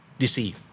deceive